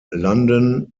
london